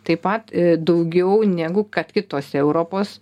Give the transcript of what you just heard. taip pat daugiau negu kad kitose europos